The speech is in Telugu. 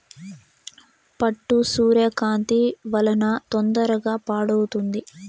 పట్టు సూర్యకాంతి వలన తొందరగా పాడవుతుంది